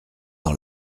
dans